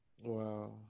wow